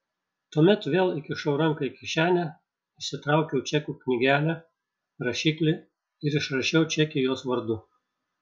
tuomet vėl įkišau ranką į kišenę išsitraukiau čekių knygelę rašiklį ir išrašiau čekį jos vardu